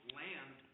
land